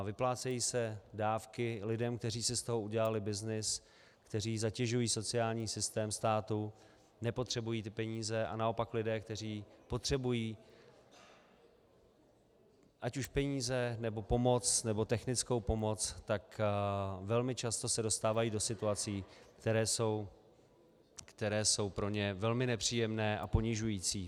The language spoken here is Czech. Vyplácejí se dávky lidem, kteří si z toho udělali byznys, kteří zatěžují sociální systém státu, nepotřebují ty peníze, a naopak lidé, kteří potřebují ať už peníze, nebo pomoc, nebo technickou pomoc, se velmi často dostávají do situací, které jsou pro ně velmi nepříjemné a ponižující.